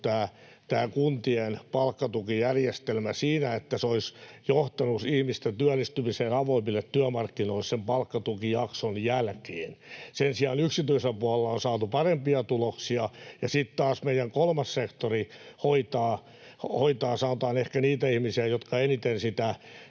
tämä kuntien palkkatukijärjestelmä siinä, että se olisi johtanut ihmisten työllistymiseen avoimille työmarkkinoille sen palkkatukijakson jälkeen. Sen sijaan yksityisellä puolella on saatu parempia tuloksia. Ja sitten taas meidän kolmas sektori hoitaa, sanotaan, ehkä niitä ihmisiä, jotka eniten sitä